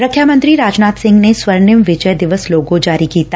ਰੱਖਿਆ ਮੰਤਰੀ ਰਾਜਨਾਥ ਸਿੰਘ ਨੇ ਸਵਰਨਿਮ ਵਿਜੇ ਦਿਵਸ ਲੋਗੋ ਜਾਰੀ ਕੀਤਾ